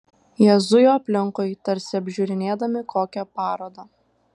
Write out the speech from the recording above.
jie zujo aplinkui tarsi apžiūrinėdami kokią parodą